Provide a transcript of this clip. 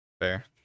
Fair